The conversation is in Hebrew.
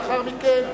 לאחר מכן,